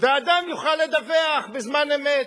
ואדם יוכל לדווח בזמן אמת.